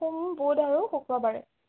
সোম বুধ আৰু শুক্ৰবাৰে